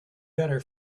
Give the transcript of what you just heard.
better